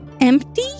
Empty